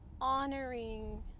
honoring